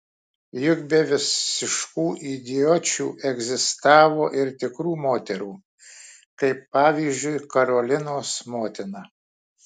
juk be visiškų idiočių egzistavo ir tikrų moterų kaip pavyzdžiui karolinos motina